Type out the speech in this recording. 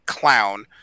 clown